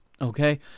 Okay